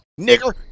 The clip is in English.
nigger